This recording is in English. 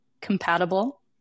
compatible